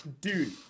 Dude